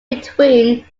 between